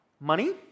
money